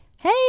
hey